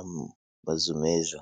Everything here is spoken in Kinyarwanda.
amazu meza.